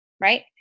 right